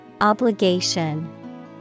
Obligation